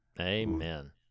Amen